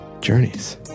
journeys